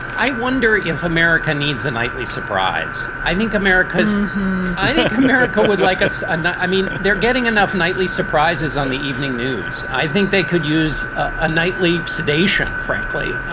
i wonder if america needs a nightly surprise. i think america's i think america would like us. and i mean, they're getting enough nightly surprises on the evening news. i think they could use a nightly sedation, frankly